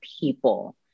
people